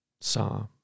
saw